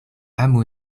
amu